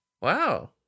Wow